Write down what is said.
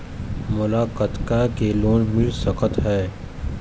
मोला कतका के लोन मिल सकत हे?